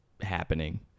happening